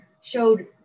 showed